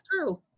true